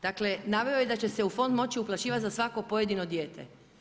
Dakle, naveo je da će se u fond moći uplaćivati za svako pojedino dijete.